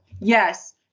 Yes